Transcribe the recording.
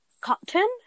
cotton